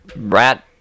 rat